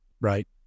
Right